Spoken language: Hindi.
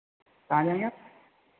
कहाँ जाएंगे आप